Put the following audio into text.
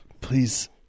Please